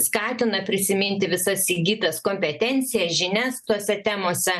skatina prisiminti visas įgytas kompetencijas žinias tose temose